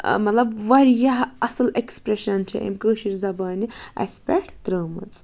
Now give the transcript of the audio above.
مطلب واریاہ اصٕل اٮ۪کٕسپرٛٮ۪شَن چھِ أمۍ کٲشِر زبانہِ اَسہِ پٮ۪ٹھ ترٛٲومٕژ